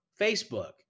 Facebook